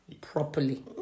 properly